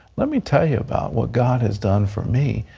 let me tell you about what god has done for me,